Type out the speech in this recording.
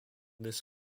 this